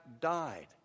died